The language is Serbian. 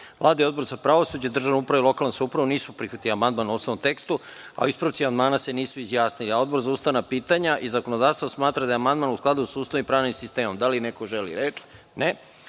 i Odbor za pravosuđe, državnu upravu i lokalnu samoupravu nisu prihvatili amandman u osnovnom tekstu, a o ispravci amandmana se nisu izjasnili, a Odbor za ustavna pitanja i zakonodavstvo smatra da je amandman u skladu sa Ustavom i pravnim sistemom. Da li neko želi reč?